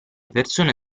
persone